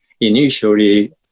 Initially